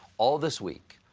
all this week,